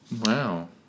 Wow